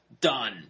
Done